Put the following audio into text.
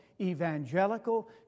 evangelical